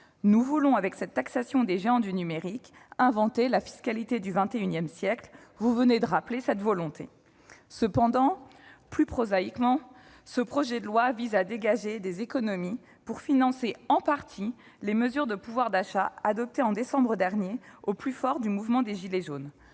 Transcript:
nous voulons, avec cette taxation des géants du numérique, inventer la fiscalité du XXI siècle »; vous venez de rappeler cette volonté. Cela dit, plus prosaïquement, ce projet de loi vise surtout à dégager des économies pour financer, en partie, les mesures de pouvoir d'achat adoptées en décembre dernier, au plus fort du mouvement des « gilets jaunes